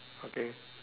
okay